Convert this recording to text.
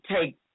take